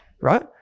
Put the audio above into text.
Right